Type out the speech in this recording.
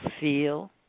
feel